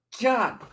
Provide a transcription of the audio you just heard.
God